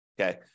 Okay